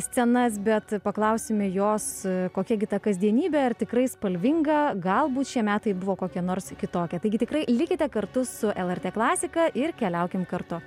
scenas bet paklausime jos kokia gi ta kasdienybė ar tikrai spalvinga galbūt šie metai buvo kokie nors kitokie taigi tikrai likite kartu su lrt klasika ir keliaukim kartu